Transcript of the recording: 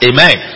Amen